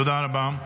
תודה רבה.